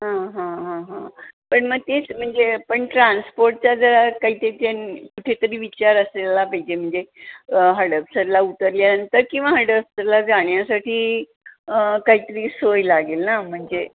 हां हां हां हां पण मग तेच म्हणजे पण ट्रान्सपोर्टचा जरा काही त्याच्याने कुठेतरी विचार असला पाहिजे म्हणजे हडपरला उतरल्यानंतर किंवा हडपसरला जाण्यासाठी काही तरी सोय लागेल ना म्हणजे